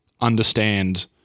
understand